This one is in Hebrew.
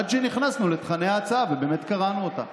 עד שנכנסנו לתוכני ההצעה ובאמת קראנו אותה.